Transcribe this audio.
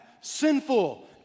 sinful